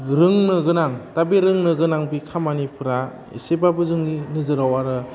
रोंनो गोनां दा बे रोंनो गोनां बे खामानिफ्रा इसेबाबो जोंनि नोजोराव आरो